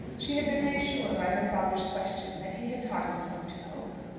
she had been made sure by her father's question that he had taught himself to hope.